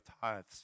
tithes